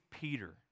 Peter